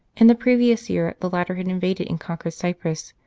in the previous year the latter had invaded and conquered cyprus,